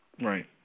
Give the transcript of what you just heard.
Right